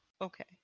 Okay